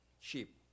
sheep